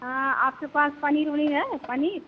हाँ आपके पास पनीर उनीर है पनीर